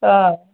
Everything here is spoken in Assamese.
অ